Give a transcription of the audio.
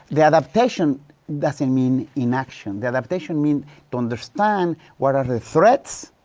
the adaptation doesn't mean inaction. the adaptation means to understand what are the threats,